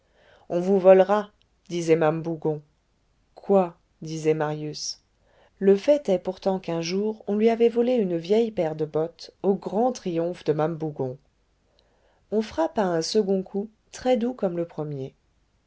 on vous volera disait mame bougon quoi disait marius le fait est pourtant qu'un jour on lui avait volé une vieille paire de bottes au grand triomphe de mame bougon on frappa un second coup très doux comme le premier